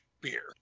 beer